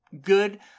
good